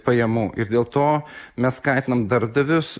pajamų ir dėl to mes skatinam darbdavius